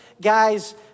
guys